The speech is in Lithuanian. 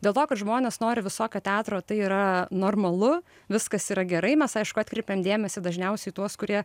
dėl to kad žmonės nori visokio teatro tai yra normalu viskas yra gerai mes aišku atkreipiam dėmesį dažniausiai į tuos kurie